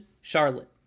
Charlotte